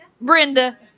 Brenda